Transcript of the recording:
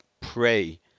pray